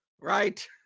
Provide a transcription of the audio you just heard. right